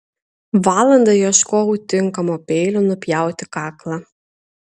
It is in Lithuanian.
valandą ieškojau tinkamo peilio nupjauti kaklą